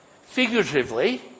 figuratively